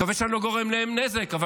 אני מקווה שאני לא גורם להם נזק אבל